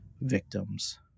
victims